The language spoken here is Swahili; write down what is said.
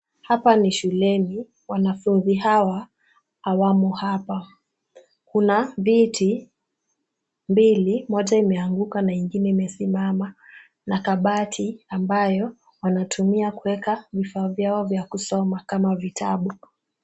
Hapa ni shuleni, wanafunzi hawa hawamo hapa. Kuna viti mbili, moja imeanguka na ingine imesimama na kabati ambayo wanatumia kueka vifaa vyao vya kusoma kama vitabu.